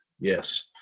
Yes